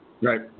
right